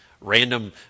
random